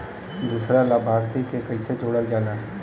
दूसरा लाभार्थी के कैसे जोड़ल जाला?